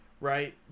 Right